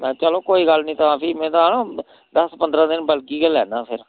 चलो कोई गल्ल निं तां फ्ही में तां दस्स पंदरां दिन बलगी गै लैन्ना फ्ही